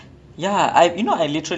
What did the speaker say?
like I also like wh~ wh~